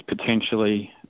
potentially